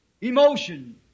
emotion